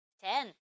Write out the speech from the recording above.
Ten